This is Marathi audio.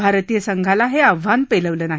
भारतीय संघाला हे आव्हान पेलवलं नाही